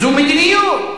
זו מדיניות.